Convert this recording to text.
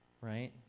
Right